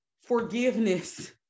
Forgiveness